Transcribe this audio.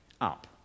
up